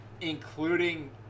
including